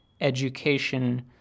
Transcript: education